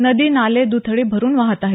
नदी नाले दुथडी भरून वाहत आहेत